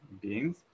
beings